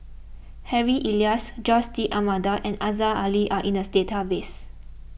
Harry Elias Jose D'Almeida and Aziza Ali are in the database